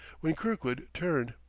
when kirkwood turned.